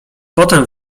potem